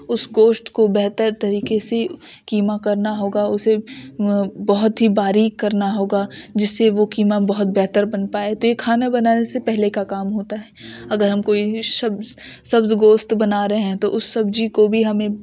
اس گوشت کو بہتر طریقے سے قیمہ کرنا ہوگا اسے بہت ہی باریک کرنا ہوگا جس سے وہ قیمہ بہت بہتر بن پائے تو یہ کھانا بنانے سے پہلے کا کام ہوتا ہے اگر ہم کوئی سبز گوشت بنا رہے ہیں تو اس سبزی کو بھی ہمیں